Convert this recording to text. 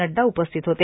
नडडा उपस्थित होते